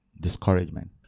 discouragement